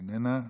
איננה.